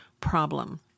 problem